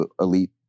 elite